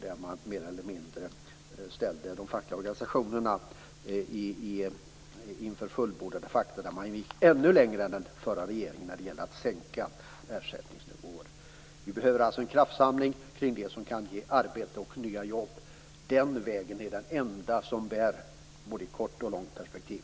Där ställdes de fackliga organisationerna mer eller mindre inför fullbordat faktum i och med att man gick ännu längre än den förra regeringen i fråga om att sänka ersättningsnivåer. Vi behöver alltså en kraftsamling kring det som kan ge arbete och nya jobb. Den vägen är den enda som bär i både kort och långt perspektiv.